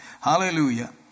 Hallelujah